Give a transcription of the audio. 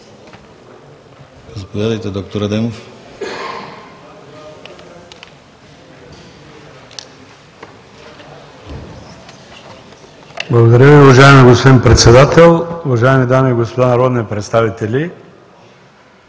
БОРИС КЪРЧЕВ: Уважаеми господин Председател, уважаеми дами и господа народни представители!